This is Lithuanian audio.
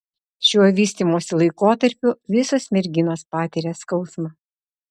šiuo vystymosi laikotarpiu visos merginos patiria skausmą